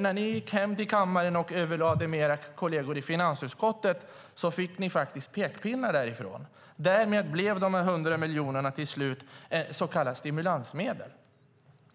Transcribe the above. När ni gick hem till er kammare och överlade med era kolleger i finansutskottet fick ni faktiskt pekpinnar därifrån. Därmed blev de 100 miljonerna till slut så kallade stimulansmedel.